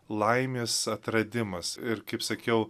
laimės atradimas ir kaip sakiau